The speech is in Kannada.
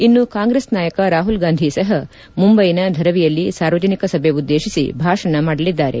ಇನ್ನು ಕಾಂಗ್ರೆಸ್ ನಾಯಕ ರಾಹುಲ್ ಗಾಂಧಿ ಸಹ ಮುಂದ್ವೆನ ಧರವಿಯಲ್ಲಿ ಸಾರ್ವಜನಿಕ ಸಭೆ ಉದ್ದೇಶಿಸಿ ಭಾಷಣ ಮಾಡಲಿದ್ದಾರೆ